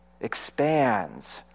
expands